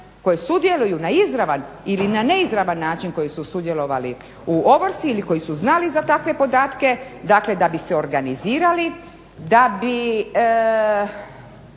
koje sudjeluju na izravan ili neizravan način koji su sudjelovali u ovrsi ili koji su znali za takve podatke da bi se organizirali da bi